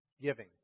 giving